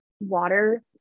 water